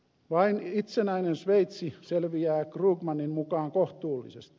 vain itsenäinen sveitsi selviää krugmanin mukaan kohtuullisesti